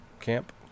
camp